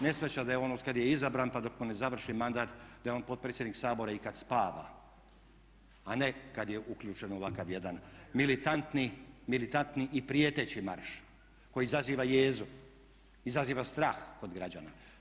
Ne shvaća da je on od kad je izabran pa dok mu ne završi mandat da je on potpredsjednik Sabora i kad spava, a ne kad je uključen u ovakav jedan militantni i prijeteći marš koji izaziva jezu, izaziva strah kod građana.